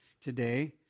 today